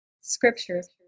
scriptures